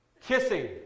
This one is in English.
kissing